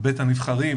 בבית הנבחרים,